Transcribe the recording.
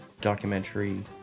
documentary